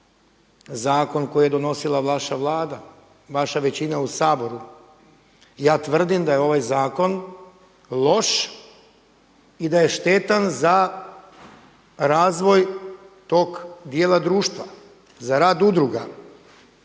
zakon koji je donosila vaša Vlada, vaša većina u Saboru. Ja tvrdim da je ovaj zakon loš i da je štetan za razvoj tog dijela društva, za rad udruga.